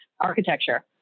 architecture